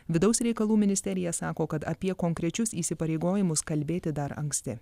vidaus reikalų ministerija sako kad apie konkrečius įsipareigojimus kalbėti dar anksti